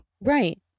Right